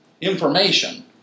information